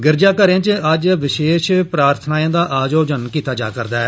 गिरजाघरें च अज्ज विशेष प्रार्थनाएं दा आयोजन कीता जा रदा ऐ